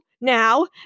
now